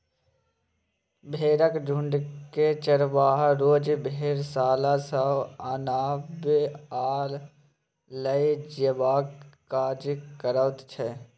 भेंड़क झुण्डकेँ चरवाहा रोज भेड़शाला सँ आनब आ लए जेबाक काज करैत छै